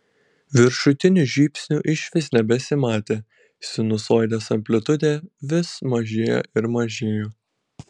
viršutinių žybsnių išvis nebesimatė sinusoidės amplitudė vis mažėjo ir mažėjo